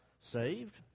saved